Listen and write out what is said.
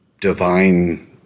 divine